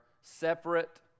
separate